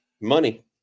money